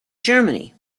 germany